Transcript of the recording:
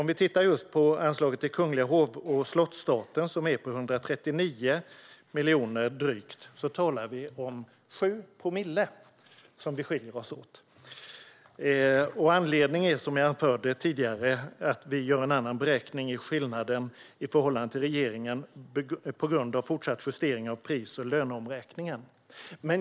Om vi tittar på just anslaget till kungliga hov och slottsstaten, som är på drygt 139 miljoner, ser vi att det är 7 promille som skiljer oss åt. Anledningen är, som jag anförde tidigare, att vi i förhållande till regeringen gör en annan beräkning av skillnaden på grund av fortsatt justering av pris och löneomräkningar.